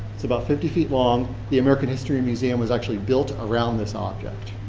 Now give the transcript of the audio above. is about fifty feet long. the american history museum was actually built around this object.